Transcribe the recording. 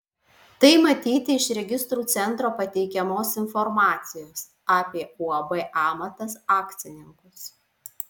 tai matyti iš registrų centro pateikiamos informacijos apie uab amatas akcininkus